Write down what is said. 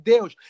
Deus